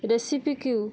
ରେସିପିକୁ